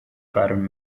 pattern